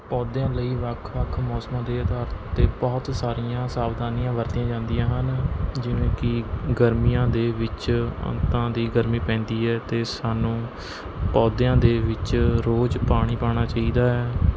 ਪੌਦਿਆਂ ਲਈ ਵੱਖ ਵੱਖ ਮੌਸਮਾਂ ਦੇ ਆਧਾਰ 'ਤੇ ਬਹੁਤ ਸਾਰੀਆਂ ਸਾਵਧਾਨੀਆਂ ਵਰਤੀਆਂ ਜਾਂਦੀਆਂ ਹਨ ਜਿਵੇਂ ਕਿ ਗਰਮੀਆਂ ਦੇ ਵਿੱਚ ਅੰਤਾਂ ਦੀ ਗਰਮੀ ਪੈਂਦੀ ਹੈ ਅਤੇ ਸਾਨੂੰ ਪੌਦਿਆਂ ਦੇ ਵਿੱਚ ਰੋਜ਼ ਪਾਣੀ ਪਾਉਣਾ ਚਾਹੀਦਾ ਹੈ